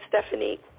Stephanie